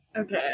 Okay